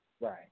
Right